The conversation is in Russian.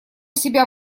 себя